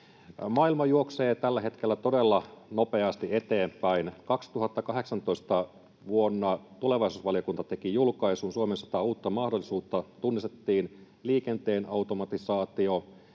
Maailma juoksee tällä hetkellä todella nopeasti eteenpäin. Vuonna 2018 tulevaisuusvaliokunta teki julkaisun ”Suomen sata uutta mahdollisuutta”. Tunnistettiin liikenteen automatisaatio